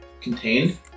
contained